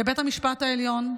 בבית המשפט העליון,